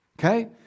Okay